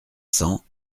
cents